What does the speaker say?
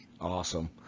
Awesome